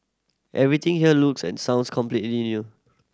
everything here looks and sounds completely new